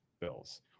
Bills